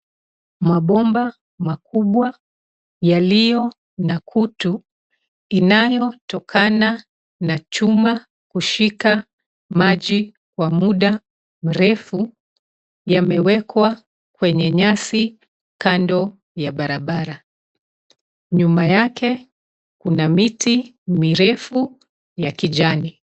mabomba makubwa yaliyo na kutu inayotokana na chuma kushika maji kwa muda mrefu yamewekwa kwenye nyasi kando ya barabara, nyuma yake kuna miti mirefu ya kijani.